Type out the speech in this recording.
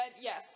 yes